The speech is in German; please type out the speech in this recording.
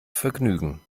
vergnügen